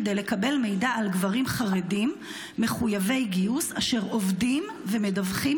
כדי לקבל מידע על גברים חרדים מחויבי גיוס אשר עובדים ומדווחים